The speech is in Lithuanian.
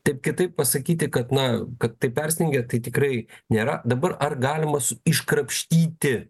taip kad taip pasakyti kad na kad tai persidengia tai tikrai nėra dabar ar galima iškrapštyti